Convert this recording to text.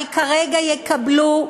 אבל כרגע יקבלו,